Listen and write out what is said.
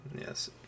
Yes